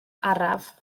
araf